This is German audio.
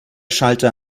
schalter